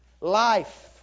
life